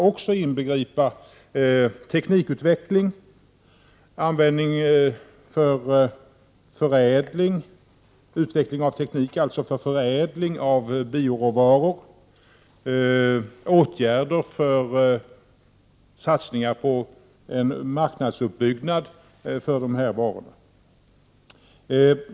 Kan man i detta inbegripa teknikutveckling, t.ex. utveckling av teknik för förädling av bioråvaror, och satsningar på en marknadsuppbyggnad för dessa varor?